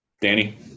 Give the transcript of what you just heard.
Danny